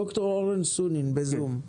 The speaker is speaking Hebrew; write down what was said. ד"ר אורן סונין בזום,